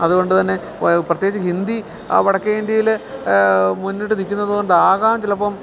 അതുകൊണ്ട് തന്നെ പ്രത്യേകിച്ച് ഹിന്ദി വടക്കേ ഇന്ത്യയില് മുന്നിട്ട് നില്ക്കുന്നതുകൊണ്ടാകാം ചിലപ്പോള്